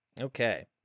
Okay